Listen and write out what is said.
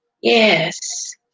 Yes